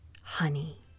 honey